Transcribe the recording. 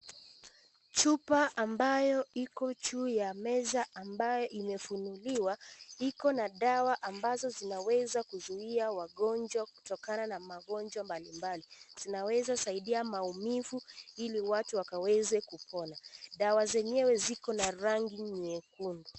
Chupa ambayo iko juu ya meza ambayo imefuniliwa iko na dawa ambazo zinaweza kuzuia wagonjwa kutokana na magonjwa mbalimbali , zinaweza saidia maumivu ili watu wakaweze kupona dawa zenyewe ziko na rangi nyekundu.